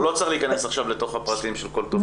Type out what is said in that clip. לא צריך להיכנס עכשיו לפרטים של כל טופס.